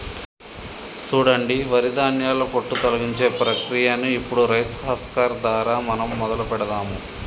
సూడండి వరి ధాన్యాల పొట్టు తొలగించే ప్రక్రియను ఇప్పుడు రైస్ హస్కర్ దారా మనం మొదలు పెడదాము